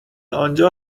آنجا